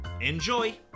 Enjoy